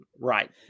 Right